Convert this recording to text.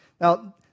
Now